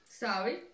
Sorry